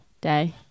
Day